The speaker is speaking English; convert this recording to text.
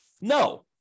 No